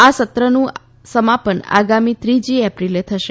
આ સત્રનું સમાપન આગામી ત્રીજી એપ્રિલે થશે